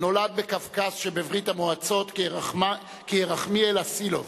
נולד בקווקז שבברית-המועצות כירחמיאל אסאילוב.